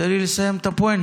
תן לי לסיים את הפואנטה.